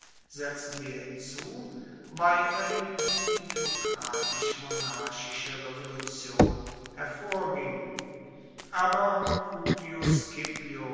setzen wir hinzu weiterhin die demokratisch monarchische revolution hervorging aber auch publius